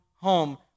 home